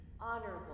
honorable